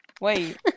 wait